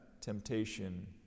temptation